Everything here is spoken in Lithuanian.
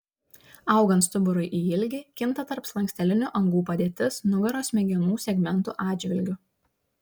augant stuburui į ilgį kinta tarpslankstelinių angų padėtis nugaros smegenų segmentų atžvilgiu